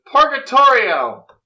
Purgatorio